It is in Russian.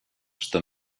что